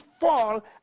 fall